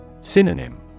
Synonym